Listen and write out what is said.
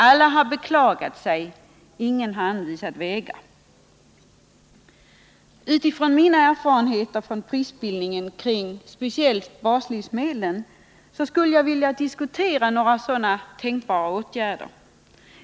Alla har beklagat sig — ingen har anvisat vägar. Utifrån mina erfarenheter från prisbildningen kring speciellt baslivsmedlen skulle jag vilja diskutera några tänkbara åtgärder.